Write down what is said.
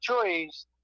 trees